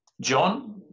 john